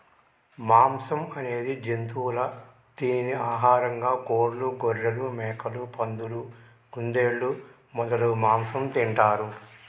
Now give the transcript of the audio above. మాంసం అనేది జంతువుల దీనిని ఆహారంగా కోళ్లు, గొఱ్ఱెలు, మేకలు, పందులు, కుందేళ్లు మొదలగు మాంసం తింటారు